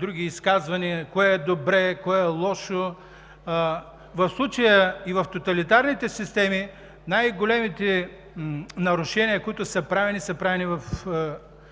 други изказвания кое е добре, кое е лошо. В случая – и в тоталитарните системи, най-големите нарушения, които са правени, са правени с